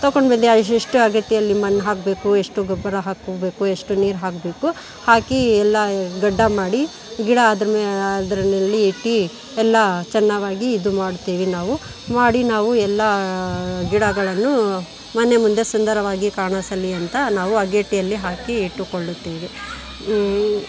ತಕೊಂಡು ಬಂದು ಎಷ್ಟು ಅಗೇಡಿಯಲ್ಲಿ ಮಣ್ ಹಾಕಬೇಕು ಎಷ್ಟು ಗೊಬ್ಬರ ಹಾಕ್ಕೋಬೇಕು ಎಷ್ಟು ನೀರು ಹಾಕಬೇಕು ಹಾಕಿ ಎಲ್ಲ ಗಡ್ಡ ಮಾಡಿ ಗಿಡ ಅದ್ರ ಅದ್ರಲ್ಲಿ ಇಟ್ಟು ಎಲ್ಲ ಚೆನ್ನಾಗಿ ಇದು ಮಾಡ್ತೀವಿ ನಾವು ಮಾಡಿ ನಾವು ಎಲ್ಲ ಗಿಡಗಳನ್ನು ಮನೆ ಮುಂದೆ ಸುಂದರವಾಗಿ ಕಾಣಿಸಲಿ ಅಂತ ನಾವು ಅಗೇಡಿಯಲ್ಲಿ ಹಾಕಿ ಇಟ್ಟುಕೊಳ್ಳುತ್ತೇವೆ